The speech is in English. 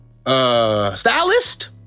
Stylist